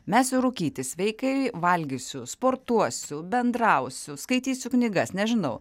mesiu rūkyti sveikai valgysiu sportuosiu bendrausiu skaitysiu knygas nežinau